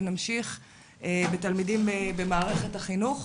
ונמשיך בתלמידים במערכת החינוך.